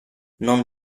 non